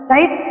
Right